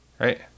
right